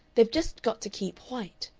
they've just got to keep white.